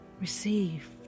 Receive